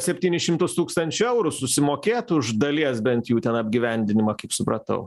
septynis šimtus tūkstančių eurų susimokėt už dalies bent jų ten apgyvendinimą kaip supratau